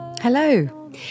Hello